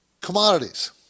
Commodities